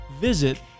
visit